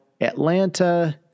Atlanta